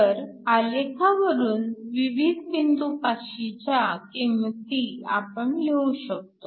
तर आलेखावरून विविध बिंदूंपाशीच्या किंमती आपण लिहू शकतो